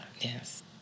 Yes